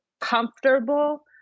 comfortable